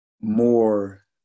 more